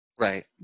Right